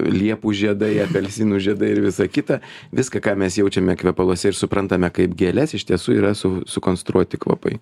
liepų žiedai apelsinų žiedai ir visa kita viską ką mes jaučiame kvepaluose ir suprantame kaip gėles iš tiesų yra su sukonstruoti kvapai